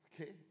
Okay